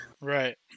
Right